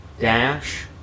dash